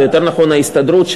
או יותר נכון ההסתדרות,